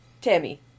Tammy